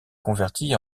convertis